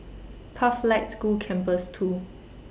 Pathlight School Campus two